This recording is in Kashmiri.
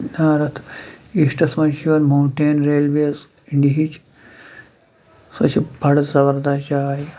نارٕتھ ایٖسٹَس منٛز چھِ یِوان ماوٹین ریلویز اِنڈہِچ سۄ چھےٚ بَڑٕ زَبَردَس جاے